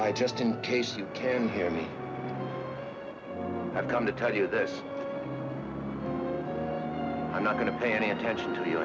i just in case you can hear me i've come to tell you this i'm not going to pay any attention to